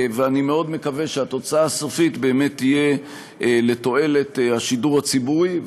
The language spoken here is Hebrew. אני מאוד מקווה שהתוצאה הסופית תהיה לתועלת השידור הציבורי,